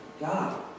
God